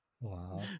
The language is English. wow